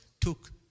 took